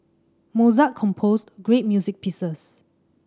Mozart composed great music pieces